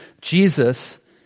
Jesus